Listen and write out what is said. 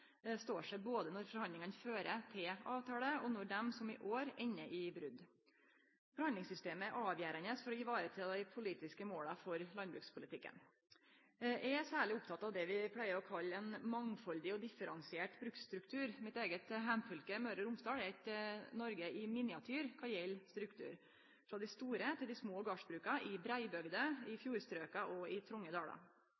står seg både når forhandlingane fører til avtale, og når dei – som i år – endar i brot. Forhandlingssystemet er avgjerande for å vareta dei politiske måla for landbrukspolitikken. Eg er særlig oppteken av det vi pleier å kalle ein mangfaldig og differensiert bruksstruktur. Mitt eige heimfylke, Møre og Romsdal, er eit Noreg i miniatyr kva gjeld struktur – frå dei store til dei små gardsbruka, i breibygder, i